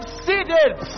seated